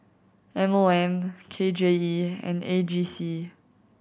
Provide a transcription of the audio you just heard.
M O M K J E and A G C